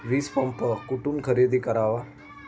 वीजपंप कुठून खरेदी करावा?